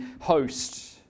host